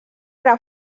era